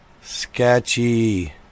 Sketchy